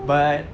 but